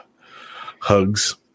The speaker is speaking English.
hugs